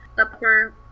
upper